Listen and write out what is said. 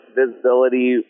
visibility